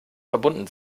verbunden